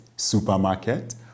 Supermarket